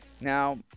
now